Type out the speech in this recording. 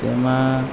તેમાં